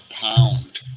pound